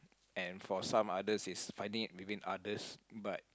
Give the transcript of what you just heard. and for some other it's finding it within others but